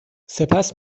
سپس